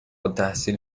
التحصیل